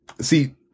See